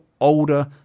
older